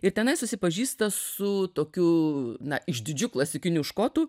ir tenai susipažįsta su tokiu na išdidžiu klasikiniu škotu